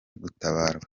gutabarwa